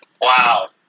wow